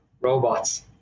robots